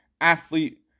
athlete